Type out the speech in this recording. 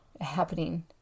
happening